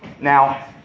Now